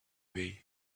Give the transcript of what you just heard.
way